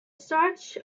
such